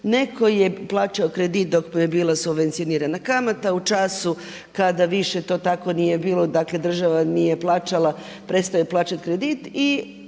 netko je plaćao kredit dok mu je bila subvencionirana kamata, u času kada više to tako nije bilo, dakle država nije plaćala, prestao je plaćati kredit